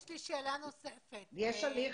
סליחה,